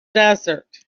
desert